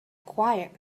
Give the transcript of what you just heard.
quiet